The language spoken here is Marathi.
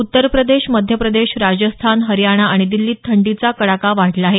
उत्तर प्रदेश मध्य प्रदेश राजस्थान हरियाणा आणि दिल्लीत थंडीचा कडाका वाढला आहे